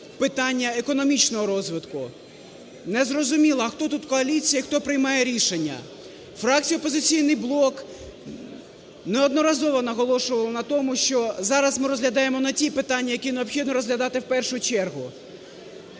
питання економічного розвитку. Не зрозуміло, а хто тут коаліція і хто приймає рішення? Фракція "Опозиційний блок" неодноразово наголошувала на тому, що зараз ми розглядаємо не ті питання, які необхідно розглядати в першу чергу.